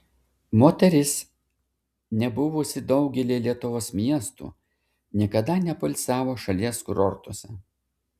moteris nebuvusi daugelyje lietuvos miestų niekada nepoilsiavo šalies kurortuose